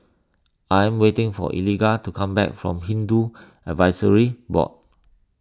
I am waiting for Eliga to come back from Hindu Advisory Board